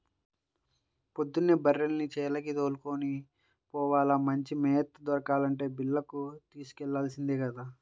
పొద్దున్నే బర్రెల్ని చేలకి దోలుకొని పోవాల, మంచి మేత దొరకాలంటే బీల్లకు తోలుకెల్లాల్సిందే గదా